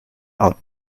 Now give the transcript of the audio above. out